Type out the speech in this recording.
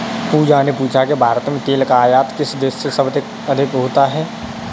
पूजा ने पूछा कि भारत में तेल का आयात किस देश से सबसे अधिक होता है?